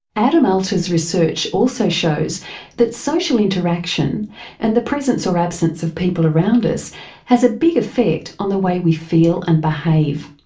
adam alter's research also shows that social interaction and the presence or absence of people around us has a big effect on the way we feel and behave.